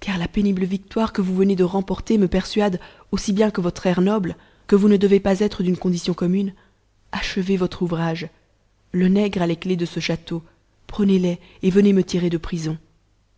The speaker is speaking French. car la pénible victoire que vous venez de remporter me persuade aussi bien que votre air noble que vous ne devez pas être d'une condition commune achevez votre ouvrage le nègre a les clefs de ce château prenez-les et venez me tirer de prison